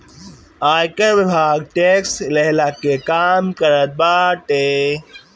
आयकर विभाग टेक्स लेहला के काम करत बाटे